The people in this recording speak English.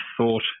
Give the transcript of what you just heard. thought